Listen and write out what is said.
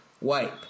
wipe